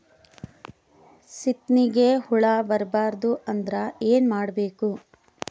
ಸೀತ್ನಿಗೆ ಹುಳ ಬರ್ಬಾರ್ದು ಅಂದ್ರ ಏನ್ ಮಾಡಬೇಕು?